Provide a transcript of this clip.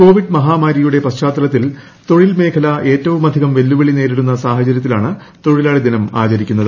Covid മഹാമാരിയുടെ പശ്ചാത്തലത്തിൽ തൊഴിൽ മേഖല ഏറ്റവുമധികം വെല്ലുവിളി നേരിടുന്ന സാഹചര്യത്തിലാണ് തൊഴിലാളിദ്ദിനം ആചരിക്കുന്നത്